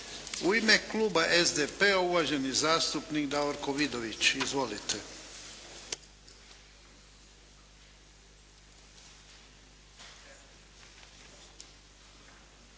U ime Kluba SDP-a uvaženi zastupnik Davorko Vidović. Izvolite.